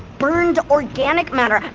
burned organic matter, um